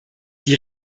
die